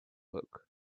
book